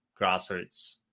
grassroots